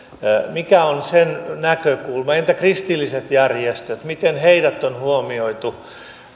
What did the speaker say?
mikä on sen näkökulma entä kristilliset järjestöt miten heidät on huomioitu